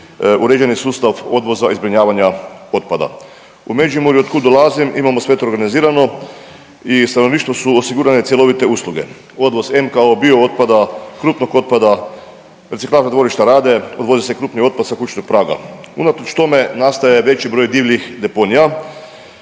uređeni sustav odvoza i zbrinjavanja otpada. U Međimurju od kud dolazim imamo sve to organizirano i stanovništvu su osigurane cjelovite usluge. Odvoz MKO, biootpada, krupnog otpada, reciklažna dvorišta rade, odvozi se krupni otpad sa kućnog praga. Unatoč tome nastaje veći broj divljih deponija,